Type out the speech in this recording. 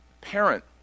parent